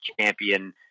champion